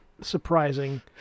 surprising